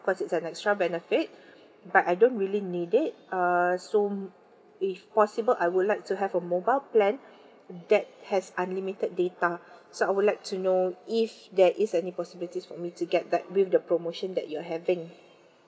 of course it's an extra benefit but I don't really need it uh so if possible I would like to have a mobile plan that has unlimited data so I would like to know if there is any possibilities for me to get that with the promotion that you are having